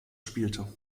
spielte